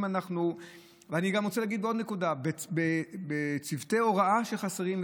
אני רוצה להגיד עוד נקודה: צוותי הוראה חסרים,